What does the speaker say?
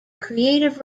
creative